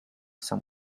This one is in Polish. sam